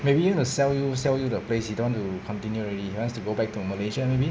maybe he want to sell you sell you the place he don't want to continue already he wants to go back to malaysia maybe